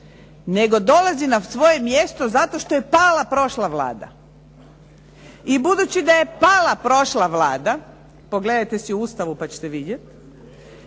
nego dolazi na svoje mjesto zato što je pala prošla Vlada. I budući da je pala prošla Vlada, pogledajte si u Ustavu pa ćete vidjeti,